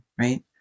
right